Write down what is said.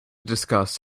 discuss